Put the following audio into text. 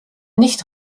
nicht